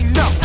no